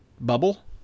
bubble